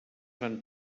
van